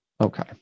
Okay